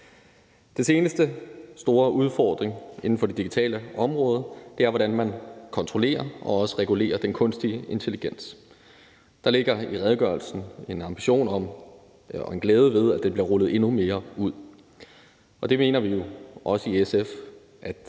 Den seneste store udfordring inden for det digitale område er, hvordan man kontrollerer og også regulerer den kunstige intelligens. Der ligger i redegørelsen en ambition om og en glæde ved, at den bliver rullet endnu mere ud. Og vi mener jo også i SF, at